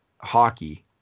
Hockey